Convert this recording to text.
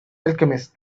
alchemist